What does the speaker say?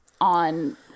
on